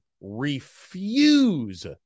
refuse